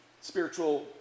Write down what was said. spiritual